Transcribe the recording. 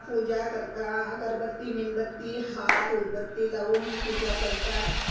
पूजा करता अगरबत्ती मेणबत्ती हार उदबत्ती लावून पूजा करतात